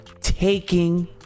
taking